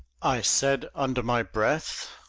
i said under my breath,